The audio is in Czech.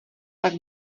pak